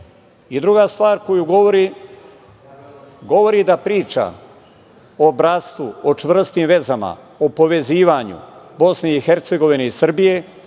lidera. Druga stvar koju govori, govori da priča o bratstvu, o čvrstim vezama, o povezivanju Bosne i Hercegovine i Srbije,